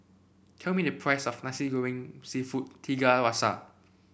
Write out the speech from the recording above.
tell me the price of Nasi Goreng seafood Tiga Rasa